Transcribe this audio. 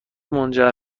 منجر